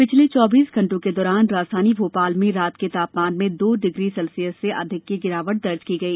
पिछले चौबीस घण्टों के दौरान राजधानी भोपाल में रात के तापमान में दो डिग्री सेल्सियस से अधिक की गिरावट दर्ज की गई